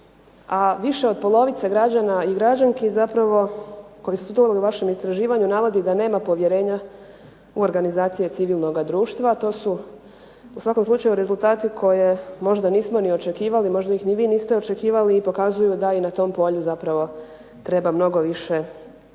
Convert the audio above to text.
a više od polovice građana i građanki zapravo koji su ... vašem istraživanju navodi da nema povjerenja u organizaciji civilnoga društva. To su u svakom slučaju rezultati koje možda nismo očekivali, možda ih ni vi niste očekivali i pokazuju da na tom polju zapravo treba mnogo više raditi